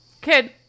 kid